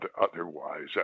Otherwise